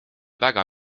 väga